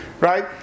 Right